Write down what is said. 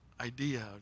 idea